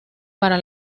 para